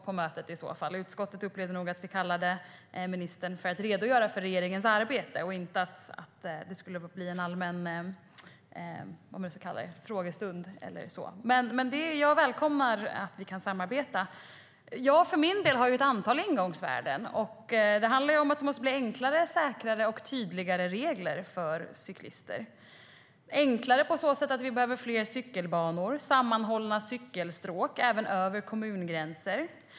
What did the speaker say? Vi i utskottet upplevde nog att vi kallade ministern för att hon skulle redogöra för regeringens arbete och inte att det skulle bli en allmän frågestund eller så. Men jag välkomnar att vi kan samarbeta. För min del har jag ett antal ingångsvärden. Det handlar om att det måste bli enklare, säkrare och tydligare regler för cyklister. Det måste bli enklare på så sätt att vi behöver fler cykelbanor och sammanhållna cykelstråk, även över kommungränser.